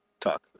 talk